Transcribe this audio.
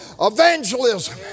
evangelism